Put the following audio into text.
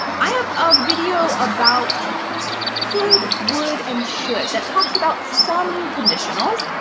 i have a video about could, would, and should that talks about some conditionals.